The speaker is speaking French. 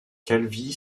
calvi